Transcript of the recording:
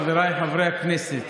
חבריי חברי הכנסת,